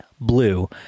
blue